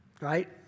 right